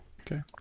Okay